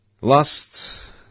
last